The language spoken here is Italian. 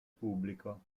pubblico